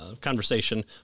conversation